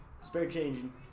Spare-changing